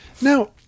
now